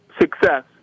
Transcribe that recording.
success